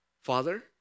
Father